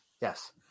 yes